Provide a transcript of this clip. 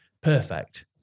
perfect